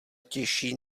těžší